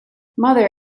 mother